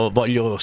voglio